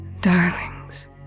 darlings